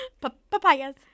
Papayas